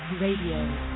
Radio